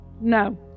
No